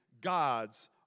gods